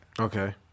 Okay